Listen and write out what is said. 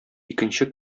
икенче